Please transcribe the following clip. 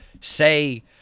say